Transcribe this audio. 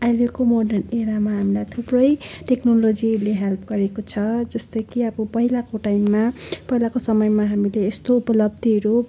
अहिलेको मोडर्न इरामा हामीलाई थुप्रै टेक्नोलोजीले हेल्प गरेको छ जस्तो कि अब पहिलाको टाइममा पहिलाको समयमा हामीले यस्तो उपलब्धिहरू